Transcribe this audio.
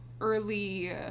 early